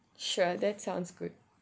sure that sounds good